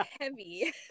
heavy